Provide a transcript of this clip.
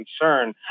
concern